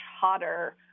hotter